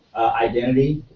identity.